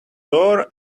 door